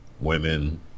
women